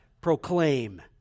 proclaim